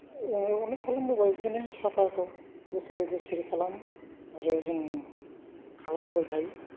अनेक खालामबोबाय बिदिनो साफाखौ बोसोरै बोसोरै खालामो आरो जोङो खालामबोबाय थायो